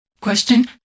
Question